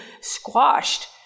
squashed